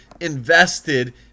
invested